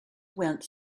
went